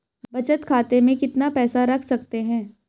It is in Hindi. बचत खाते में कितना पैसा रख सकते हैं?